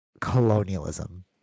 colonialism